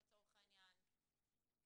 לצורך העניין,